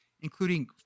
including